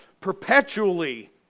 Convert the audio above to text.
perpetually